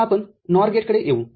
आताआपण NOR गेटकडेयेऊ